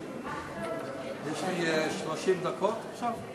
יש לי 30 דקות עכשיו?